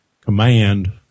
command